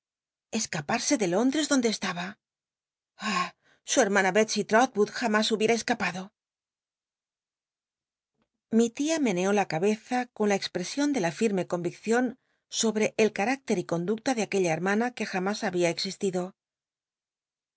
escaparse de lóndres donde estaba ah i su hermana betseytrotwood jamás se hubiera escapado mi tia meneó la cabeza con la expresion de la firme comiccion sobre el canicter y conducta de aquella hermana que jamás había existido